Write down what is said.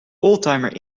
oldtimer